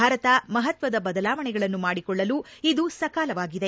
ಭಾರತ ಮಹತ್ವದ ಬದಲಾವಣೆಗಳನ್ನು ಮಾಡಿಕೊಳ್ಳಲು ಇದು ಸಕಾಲವಾಗಿದೆ